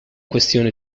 questione